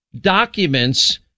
documents